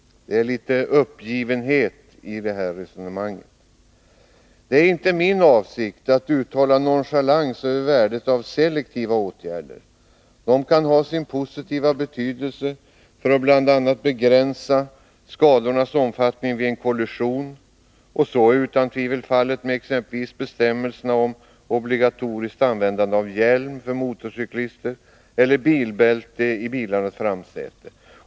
Det är litet av uppgivenhet i detta resonemang. Det är inte min avsikt att visa nonchalans mot värdet av selektiva åtgärder. De kan ha sin positiva betydelse för att bl.a. begränsa t.ex. skadornas omfattning vid en kollision. Så är utan tvivel fallet med exempelvis bestämmelserna om obligatoriskt användande av hjälm när det gäller motorcyklister eller av bilbälte i bilarnas framsäte.